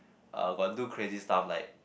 uh got do crazy stuff like